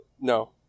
no